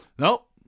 Nope